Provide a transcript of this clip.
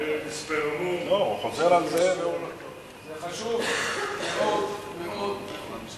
זה חשוב מאוד מאוד מאוד.